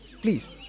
please